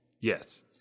yes